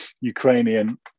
Ukrainian